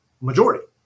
Majority